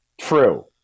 True